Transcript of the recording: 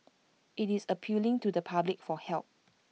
IT is appealing to the public for help